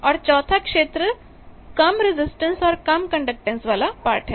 और चौथा क्षेत्र कम रजिस्टेंस और कम कंडक्टैंस वाला पार्ट है